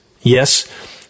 Yes